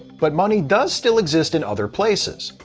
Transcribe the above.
but money does still exist in other places.